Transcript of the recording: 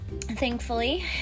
thankfully